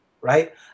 right